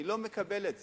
אני לא מקבל את זה.